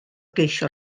geisio